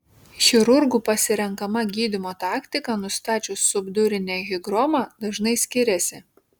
chirurgų pasirenkama gydymo taktika nustačius subdurinę higromą dažnai skiriasi